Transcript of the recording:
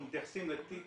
אנחנו מתייחסים לתיק